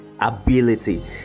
ability